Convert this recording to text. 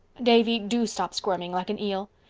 davy, do stop squirming like an eel.